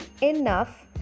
enough